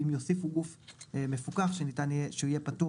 אם יוסיפו גוף מפוקח שהוא יהיה פטור